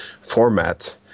format